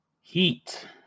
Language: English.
heat